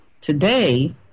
today